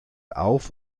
auf